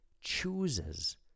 chooses